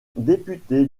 député